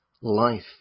life